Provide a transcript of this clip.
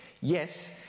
Yes